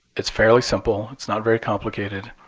it's fairly simple. it's not very complicated.